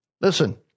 Listen